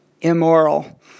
immoral